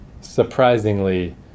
surprisingly